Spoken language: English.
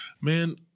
Man